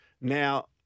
Now